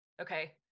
okay